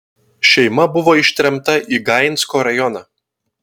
šeima buvo ištremta į gainsko rajoną